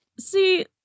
see